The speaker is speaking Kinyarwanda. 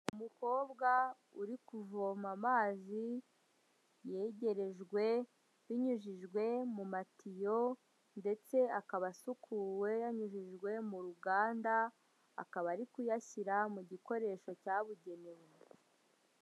Umukobwa uri kuvoma amazi yegerejwe, binyujijwe mu matiyo, ndetse akaba asukuwe yanyujijwe mu ruganda, akaba ari kuyashyira mu gikoresho cyabugenewe.